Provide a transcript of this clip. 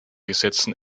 gesetzen